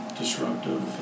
disruptive